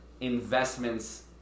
investments